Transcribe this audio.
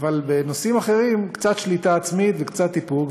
אבל בנושאים אחרים, קצת שליטה עצמית וקצת איפוק.